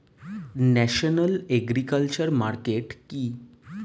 National agriculture market কি?